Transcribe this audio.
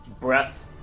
Breath